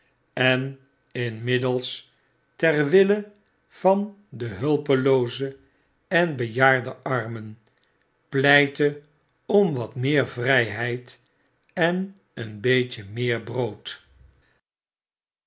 en inmiddels ter wille van de hulpelooze en bejaarde armen pleitte om wat meer vrpeid en een beetje meer brood